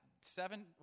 seven